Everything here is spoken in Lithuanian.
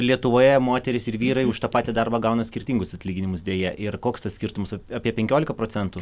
lietuvoje moterys ir vyrai už tą patį darbą gauna skirtingus atlyginimus deja ir koks tas skirtumas apie penkiolika procentų